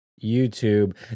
youtube